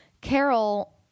Carol